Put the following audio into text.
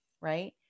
right